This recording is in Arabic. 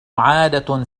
عادة